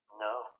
No